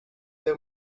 deu